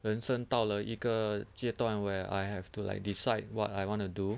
人生到了一个阶段 where I have to like decide what I want to do